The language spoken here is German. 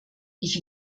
ich